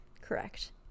Correct